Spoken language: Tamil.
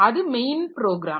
அது மெயின் ப்ரோகிராம்